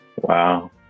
Wow